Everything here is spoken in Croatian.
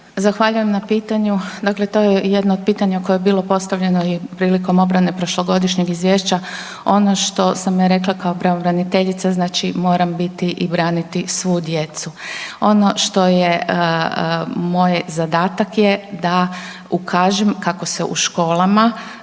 Zahvaljujem na pitanju, dakle to je jedno pitanje koje je bilo postavljeno i prilikom obrane prošlogodišnjeg izvješća. Ono što sam ja rekla kao pravobraniteljica znači moram biti i braniti svu djecu. Ono što je moj zadatak je da ukažem kako se u školama